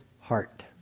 heart